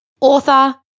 author